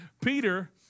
Peter